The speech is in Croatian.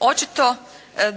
Očito